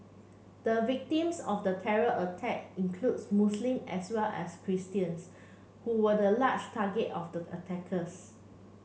the victims of the terror attack includes Muslim as well as Christians who were the large target of the attackers